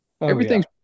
Everything's